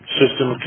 system